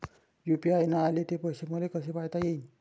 UPI न आले ते पैसे मले कसे पायता येईन?